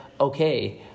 okay